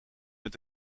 met